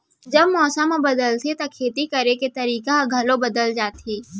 जब मौसम ह बदलथे त खेती करे के तरीका ह घलो बदल जथे?